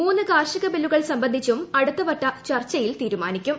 മൂന്ന് കാർഷിക ബില്ലുകൾ സംബന്ധിച്ചും അടുത്ത വട്ട ചർച്ചയിൽ തീരുമാനിക്കും